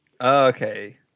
Okay